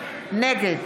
נגד